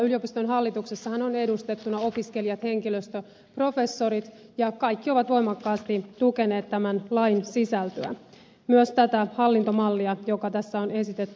yliopiston hallituksessahan ovat edustettuina opiskelijat henkilöstö professorit ja kaikki ovat voimakkaasti tukeneet tämän lain sisältöä myös tätä hallintomallia joka tässä on esitetty